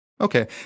Okay